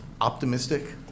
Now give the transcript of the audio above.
optimistic